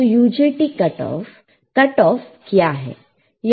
तो UJT cut off cut off क्या है